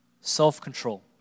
self-control